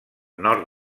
nord